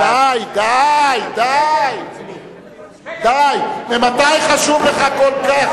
בעד די, די, די, די, ממתי חשוב לך כל כך,